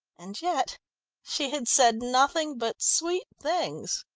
and yet she had said nothing but sweet things.